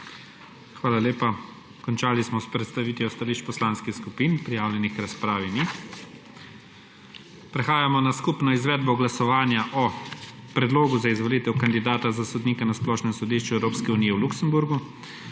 Hvala lepa. Končali smo s predstavitvijo stališč poslanskih skupin. Prijavljenih k razpravi ni. Prehajamo na skupno izvedbo glasovanja o Predlogu za izvolitev kandidata za sodnika na Splošnem sodišču Evropske unije v Luksemburgu,